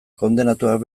kondenatuak